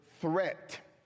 threat